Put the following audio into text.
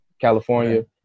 California